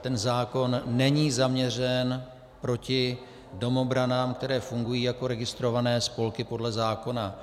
Ten zákon není zaměřen proti domobranám, které fungují jako registrované spolky podle zákona.